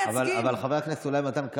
גם את השם שלך,